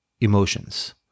emotions